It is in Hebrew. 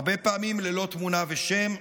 הרבה פעמים ללא תמונה ושם,